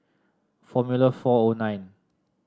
Formula four O nine